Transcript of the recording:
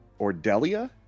Ordelia